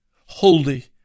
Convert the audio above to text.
holy